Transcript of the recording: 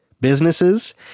businesses